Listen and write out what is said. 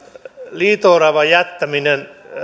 liito oravan jättämistä